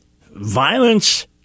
Violence